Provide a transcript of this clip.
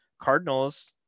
Cardinals